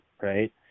right